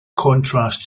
contrast